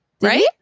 right